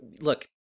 look